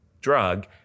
drug